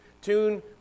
tune